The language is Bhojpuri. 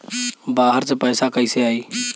बाहर से पैसा कैसे आई?